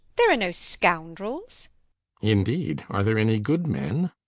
there are no scoundrels indeed? are there any good men?